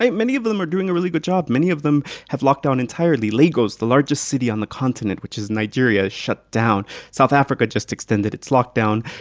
many of of them are doing a really good job. many of them have locked down entirely. lagos, the largest city on the continent, which is nigeria, shut down. south africa just extended its lockdown.